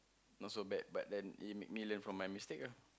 not so bad but then it made me learn from my mistake ah